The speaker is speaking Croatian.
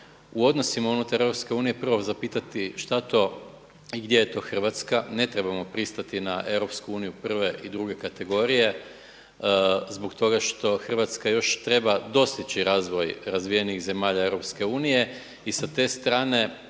u odnosima unutar EU prvo zapitati šta je to i gdje je to Hrvatska. Ne trebamo pristati na EU prve i druge kategorije zbog toga što Hrvatska još treba dostići razvoj razvijenih zemalja EU i sa te strane